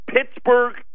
Pittsburgh